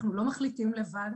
אנחנו לא מחליטים לבד,